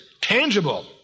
tangible